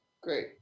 great